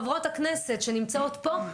חברות הכנסת שנמצאות פה,